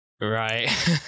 Right